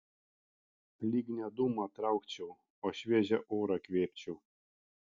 lyg ne dūmą traukčiau o šviežią orą kvėpčiau